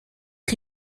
chi